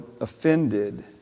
offended